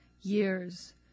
years